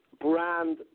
brand